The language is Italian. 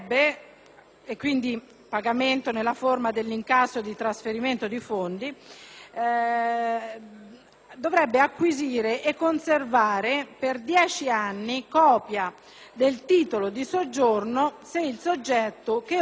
debbono acquisire e conservare per dieci anni copia del titolo di soggiorno, se il soggetto che ordina l'operazione è cittadino extracomunitario.